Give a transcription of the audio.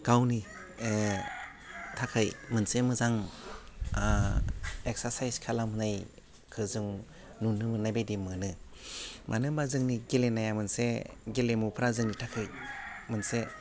गावनि ओह थाखाय मोनसे मोजां ओह एकसासाइस खालामनायखो जों नुनो मोन्नाय बायदि मोनो मानो होमबा जोंनि गेलेनाया मोनसे गेलेमुफ्रा जोंनि थाखाय मोनसे